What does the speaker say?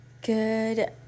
Good